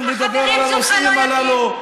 תביאו חוקים שיעזרו לקבוצות חלשות,